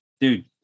dude